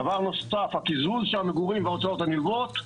דבר שלישי הוא הקיזוז של המגורים וההוצאות הנלוות,